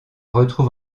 retrouve